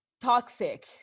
toxic